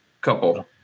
couple